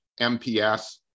MPS